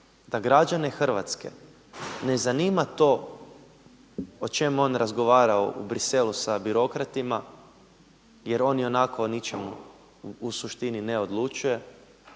da građane Hrvatske ne zanima to o čemu on razgovara u Bruxellesu sa birokratima, jer on i onako o ničemu u suštini ne odlučuje